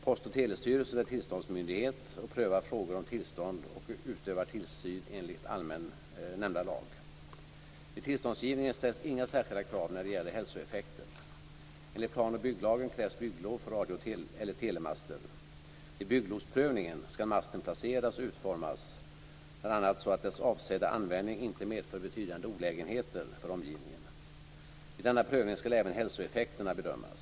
Post och telestyrelsen är tillståndsmyndighet och prövar frågor om tillstånd och utövar tillsyn enligt nämnda lag. Vid tillståndsgivningen ställs inga särskilda krav när det gäller hälsoeffekter. Enligt plan och bygglagen Vid bygglovsprövningen skall masten placeras och utformas bl.a. så att dess avsedda användning inte medför betydande olägenheter för omgivningen. Vid denna prövning skall även hälsoeffekterna bedömas.